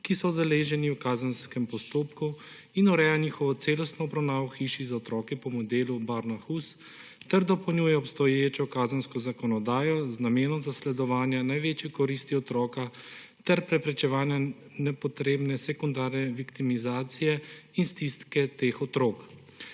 ki so udeleženi v kazenskem postopku, in ureja njihovo celostno obravnavo v hiši za otroke po modelu Barnahus ter dopolnjuje obstoječo kazensko zakonodajo z namenom zasledovanja največje koristi otroka ter preprečevanja nepotrebne sekundarne viktimizacije in stiske teh otrok.